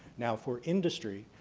now for industry,